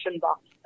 box